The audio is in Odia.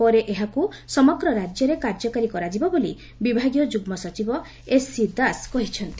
ପରେ ଏହାକୁ ସମଗ୍ର ରାଜ୍ୟରେ କାର୍ଯ୍ୟକାରୀ କରାଯିବ ବୋଲି ବିଭାଗୀୟ ଯୁଗ୍ମ ସଚିବ ଏସ୍ସି ଦାସ୍ କହିଛନ୍ତି